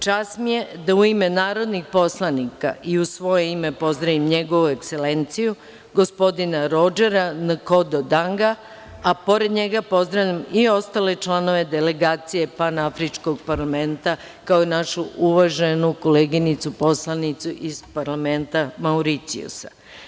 Čast mi je da u ime narodnih poslanika i u svoje ime, pozdravim Njegovu Ekselenciju, gospodina Rodžera Nkodo Danga, a pored njega pozdravljam i ostale članove delegacije Panafričkog parlamenta, kao našu uvaženu koleginicu poslanicu iz parlamenta Mauricijusa.